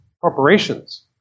corporations